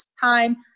time